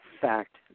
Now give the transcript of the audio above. Fact